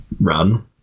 run